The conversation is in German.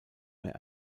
mehr